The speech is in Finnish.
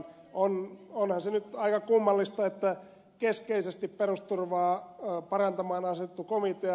onhan se nyt aika kummallista että keskeisesti perusturvaa parantamaan asettui komitea